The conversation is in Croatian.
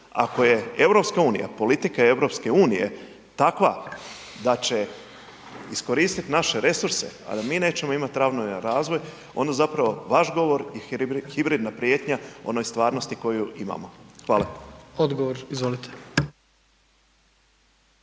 Ako je EU politika EU takva da će iskoristiti naše resurse, a da mi nećemo imati ravnomjeran razvoj onda zapravo vaš govor i hibridna prijetnja onoj stvarnosti koju imamo. Hvala. **Jandroković,